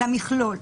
למכלול.